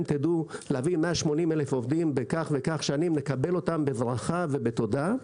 תדעו להביא 180 אלף עובדים בכך וכך שנים נקבל אותם בברכה ובתודה.